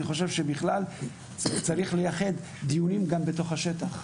אני חושב שבכלל צריך לייחד גם דיונים בתוך השטח.